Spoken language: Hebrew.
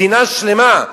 מדינה שלמה,